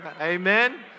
Amen